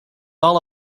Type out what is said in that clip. all